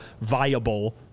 viable